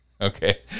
Okay